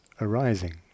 arising